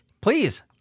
Please